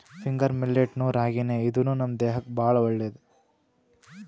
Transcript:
finger millet ನು ರಾಗಿನೇ ಇದೂನು ನಮ್ ದೇಹಕ್ಕ್ ಭಾಳ್ ಒಳ್ಳೇದ್